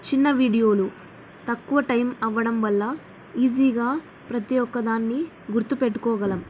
చిన్న వీడియోలు తక్కువ టైం అవ్వడం వల్ల ఈజీగా ప్రతి ఒక్క దాన్ని గుర్తుపెట్టుకోగలం